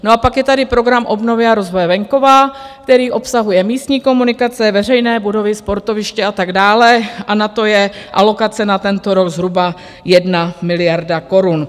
A pak je tady program obnovy a rozvoje venkova, který obsahuje místní komunikace, veřejné budovy, sportoviště a tak dále a na to je alokace na tento rok zhruba 1 miliarda korun.